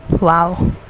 Wow